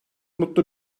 mutlu